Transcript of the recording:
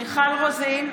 רוזין,